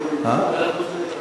ועדת החוץ והביטחון.